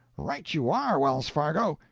right you are, wells-fargo!